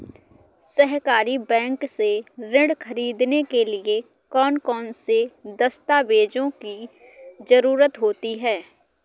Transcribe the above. सहकारी बैंक से ऋण ख़रीदने के लिए कौन कौन से दस्तावेजों की ज़रुरत होती है?